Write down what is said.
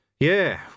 Yeah